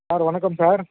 sir வணக்கம் sir